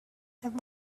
have